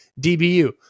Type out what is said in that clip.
DBU